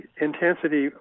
intensity